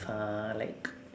fun like